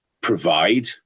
provide